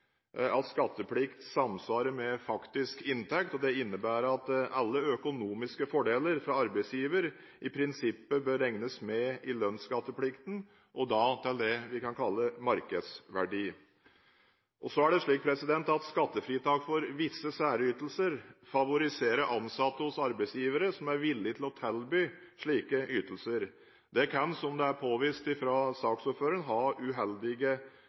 at skatteplikt samsvarer med faktisk inntekt. Det innebærer at alle økonomiske fordeler fra arbeidsgiver i prinsippet bør regnes med i lønnsskatteplikten, og da til det vi kan kalle markedsverdi. Skattefritak for visse særytelser favoriserer ansatte hos arbeidsgivere som er villige til å tilby slike ytelser. Det kan – som det er påvist fra saksordføreren – ha uheldige